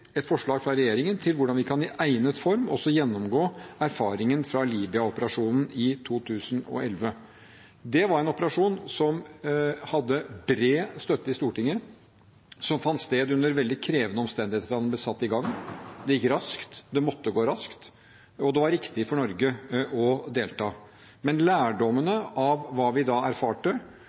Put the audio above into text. et forslag fra regjeringen om hvordan vi i egnet form også kan gjennomgå erfaringen fra Libya-operasjonen i 2011. Det var en operasjon som hadde bred støtte i Stortinget, og som fant sted under veldig krevende omstendigheter da den ble satt i gang. Det gikk raskt – det måtte gå raskt – og det var riktig for Norge å delta. Men lærdommene av hva vi da erfarte,